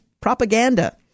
propaganda